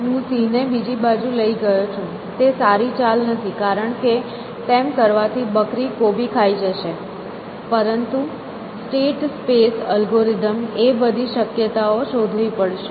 હું સિંહને બીજી બાજુ લઈ ગયો છું તે સારી ચાલ નથી કારણ કે તેમ કરવાથી બકરી કોબી ખાઈ જશે પરંતુ સ્ટેટ સ્પેસ અલ્ગોરિધમ એ બધી શક્યતાઓ શોધવી પડશે